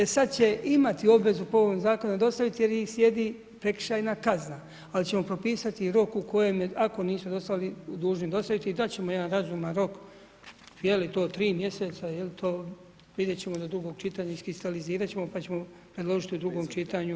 E sad će imati obvezu po ovom zakonu dostaviti jer im slijedi prekršajna kazna ali ćemo propisati rok u kojem ako nisu dostavili, dužni dostaviti, dat ćemo jedan razum rok, je li to 3 mj., je li to, vidjet ćemo do drugog čitanja, iskristalizirat ćemo pa ćemo predložiti u drugom čitanju.